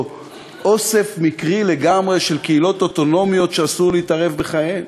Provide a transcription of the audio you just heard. או אוסף מקרי לגמרי של קהילות אוטונומיות שאסור להתערב בחייהן?